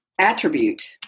attribute